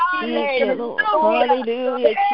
Hallelujah